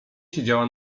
siedziała